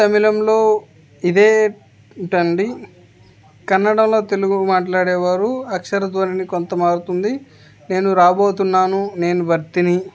తమిళంలో ఇదే టండి కన్నడంలో తెలుగు మాట్లాడేవారు అక్షరధ్వనిని కొంత మారుతుంది నేను రాబోతున్నాను నేను బర్తిని